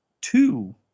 two